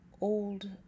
old